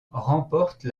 remporte